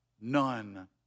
none